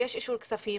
ויש אישור כספים,